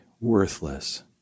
worthless